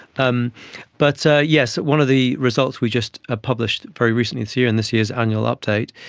um but yes, one of the results we just ah published very recently this year, in this year's annual update,